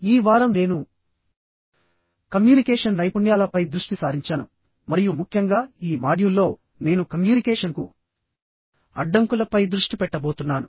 ఈ వారం నేను కమ్యూనికేషన్ నైపుణ్యాల పై దృష్టి సారించాను మరియు ముఖ్యంగా ఈ మాడ్యూల్లోనేను కమ్యూనికేషన్కు అడ్డంకుల పై దృష్టి పెట్టబోతున్నాను